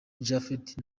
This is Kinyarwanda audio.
japhet